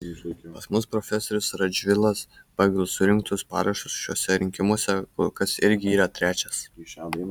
pas mus profesorius radžvilas pagal surinktus parašus šiuose rinkimuose kol kas irgi yra trečias